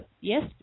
yes